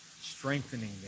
strengthening